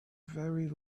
very